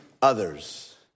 Others